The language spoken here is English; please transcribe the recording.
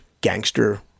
gangster